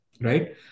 right